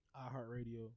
iHeartRadio